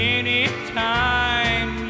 anytime